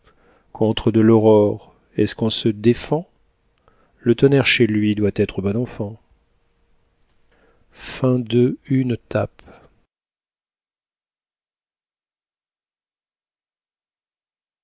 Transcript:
contre de l'aurore est-ce qu'on se défend le tonnerre chez lui doit être bon enfant